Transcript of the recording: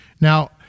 Now